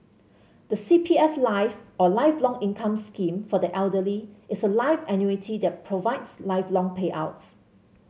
the C P F Life or Lifelong Income Scheme for the Elderly is a life annuity that provides lifelong payouts